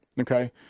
okay